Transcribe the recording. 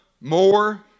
more